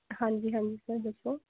ਹਾਂਜੀ ਹਾਂਜੀ ਸਰ ਦੱਸੋ